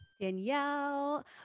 Danielle